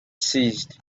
seized